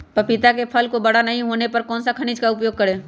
पपीता के फल को बड़ा नहीं होने पर कौन सा खनिज का उपयोग करें?